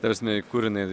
ta prasme į kur jinai